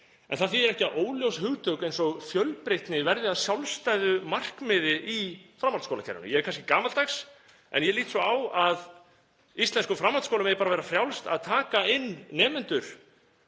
en það þýðir ekki að óljós hugtök eins og fjölbreytni verði að sjálfstæðu markmiði í framhaldsskólakerfinu. Ég er kannski gamaldags en ég lít svo á að íslenskum framhaldsskólum eigi bara að vera frjálst að taka inn nemendur